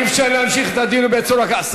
אי-אפשר להמשיך את הדיון בצורה כזאת.